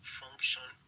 function